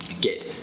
get